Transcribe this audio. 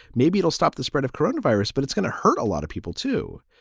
maybe it'll stop the spread of corona virus. but it's going to hurt a lot of people, too.